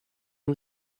who